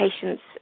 patients